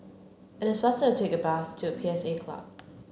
it is faster to take the bus to P S A Club